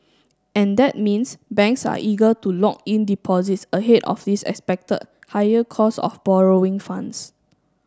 and that means banks are eager to lock in deposits ahead of this expected higher cost of borrowing funds